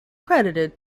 credited